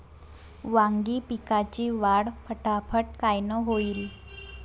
वांगी पिकाची वाढ फटाफट कायनं होईल?